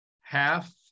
half